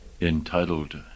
entitled